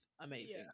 Amazing